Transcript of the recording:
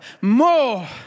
more